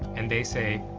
and they say,